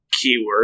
keyword